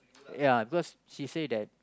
ya because she say that